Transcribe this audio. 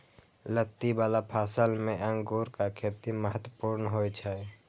लत्ती बला फसल मे अंगूरक खेती महत्वपूर्ण होइ छै